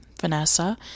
Vanessa